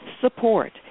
support